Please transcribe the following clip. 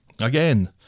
again